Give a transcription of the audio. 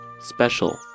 Special